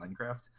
Minecraft